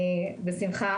בשמחה.